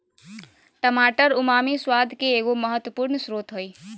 टमाटर उमामी स्वाद के एगो महत्वपूर्ण स्रोत हइ